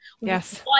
yes